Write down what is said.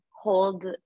hold